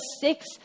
six